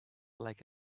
like